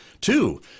Two